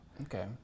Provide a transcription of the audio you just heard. Okay